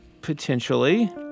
potentially